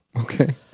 Okay